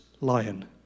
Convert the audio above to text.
lion